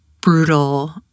brutal